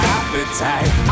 appetite